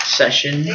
session